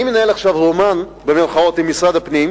אני מנהל עכשיו רומן עם משרד הפנים,